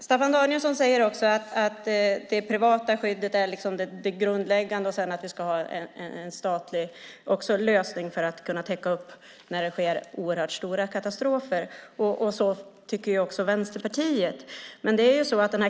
Staffan Danielsson säger också att det privata skyddet är det grundläggande och att det ska vara en statlig lösning för att täcka upp när det sker oerhört stora katastrofer. Så tycker också Vänsterpartiet.